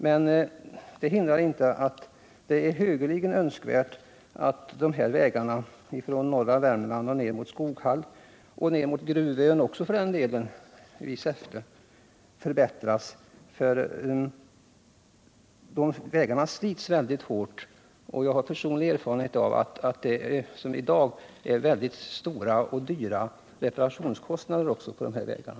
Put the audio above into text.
Detta hindrar emellertid inte att det är högeligen önskvärt att vägarna från norra Värmland ner mot Skoghall och mot Gruvön i Säffle förbättras, för de slits väldigt hårt. Man har också erfarenhet av att reparationskostnaderna av dessa vägar i dag blir mycket höga.